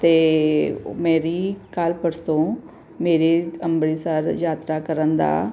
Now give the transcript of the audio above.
ਅਤੇ ਮੇਰੀ ਕੱਲ੍ਹ ਪਰਸੋਂ ਮੇਰੇ ਅੰਮ੍ਰਿਤਸਰ ਯਾਤਰਾ ਕਰਨ ਦਾ